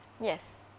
yes